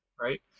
right